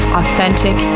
authentic